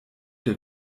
der